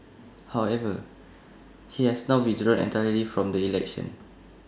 however he has now withdrawn entirely from the election